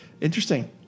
Interesting